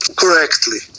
correctly